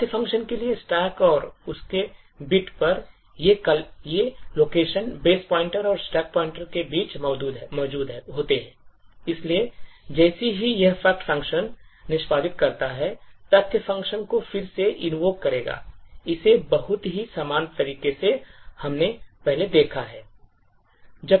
तथ्य function के लिए stack और उसके बिट पर ये लोकेशन बेस पॉइंटर और stack पॉइंटर के बीच मौजूद होते हैं इसलिए जैसे ही यह फैक्ट function निष्पादित करता है तथ्य function को फिर से invoke करेगा इसे बहुत ही समान तरीके से हमने पहले देखा है